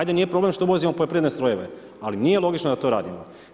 Ajde nije problem što uvozimo poljoprivredne strojeve, ali nije logično da to radimo.